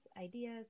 ideas